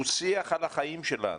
הוא שיח על החיים שלנו,